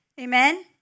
Amen